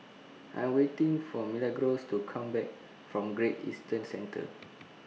I Am waiting For Milagros to Come Back from Great Eastern Centre